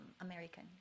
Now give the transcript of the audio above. American